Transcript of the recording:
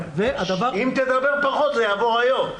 אם תדבר פחות זה יעבור היום,